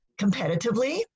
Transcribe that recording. competitively